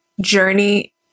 journey